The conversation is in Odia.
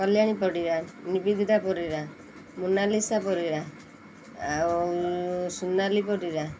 କଲ୍ୟାଣୀ ପରିଡ଼ା ନିବେଦିତା ପରିଡ଼ା ମୋନାଲିସା ପରିଡ଼ା ଆଉ ସୋନାଲି ପରିଡ଼ା